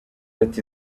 ati